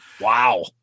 Wow